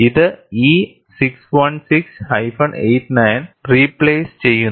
ഇത് E 616 89 replace ചെയ്യുന്നു